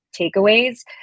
takeaways